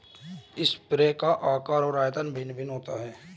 sprayer का आकार और आयतन भिन्न भिन्न होता है